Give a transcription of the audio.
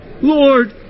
Lord